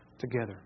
together